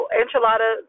enchilada